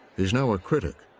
he's now a critic,